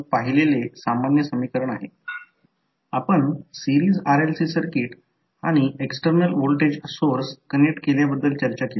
तर प्रश्न असा आहे की जर दोन्ही डॉटस् येथे असतील तर ते असेल जर यापैकी एकतर तो येथे असेल किंवा येथे असेल किंवा तो येथे असेल